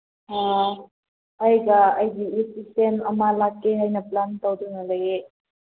ꯑꯥ ꯑꯩꯒ ꯑꯩꯒꯤ ꯑꯦꯁꯤꯁꯇꯦꯟ ꯑꯃ ꯂꯥꯛꯀꯦ ꯍꯥꯏꯅ ꯄ꯭ꯂꯥꯟ ꯇꯧꯗꯨꯅ ꯂꯩꯌꯦ